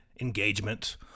engagement